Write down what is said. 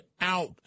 out